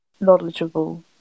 knowledgeable